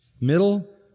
Middle